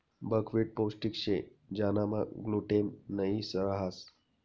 buckwheat पोष्टिक शे ज्यानामा ग्लूटेन नयी रहास